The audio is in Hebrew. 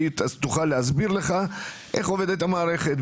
שתסביר לך איך עובדת המערכת,